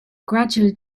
gradually